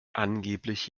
angeblich